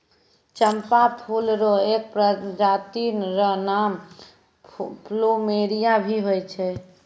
चंपा फूल र एक प्रजाति र नाम प्लूमेरिया भी होय छै